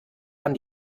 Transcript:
man